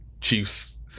Chiefs